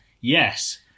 Yes